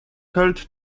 held